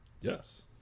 Yes